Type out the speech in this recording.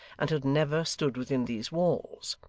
and had never stood within these walls.